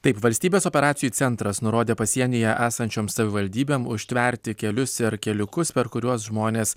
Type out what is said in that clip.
taip valstybės operacijų centras nurodė pasienyje esančioms savivaldybėm užtverti kelius ir keliukus per kuriuos žmonės